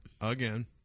Again